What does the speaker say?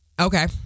Okay